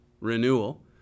renewal